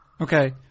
Okay